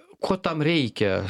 ko tam reikia